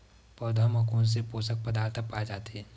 पौधा मा कोन से पोषक पदार्थ पाए जाथे?